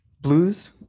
Blues